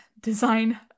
design